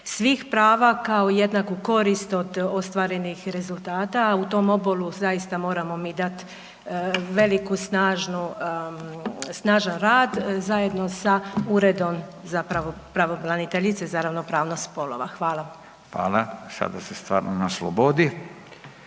svih prava kao i jednaku korist od ostvarenih rezultata. U tom obolu zaista mi moramo dati veliku, snažnu, snažan rad zajedno sa Uredom pravobraniteljice za ravnopravnost spolova. Hvala. **Radin, Furio